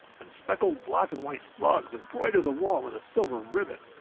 and speckled black and white slugs embroider the wall with a silver ribbon.